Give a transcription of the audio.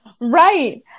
Right